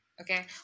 okay